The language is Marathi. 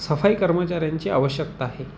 सफाई कर्मचाऱ्यांची आवश्यकता आहे